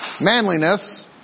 manliness